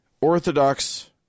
Orthodox